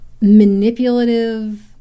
manipulative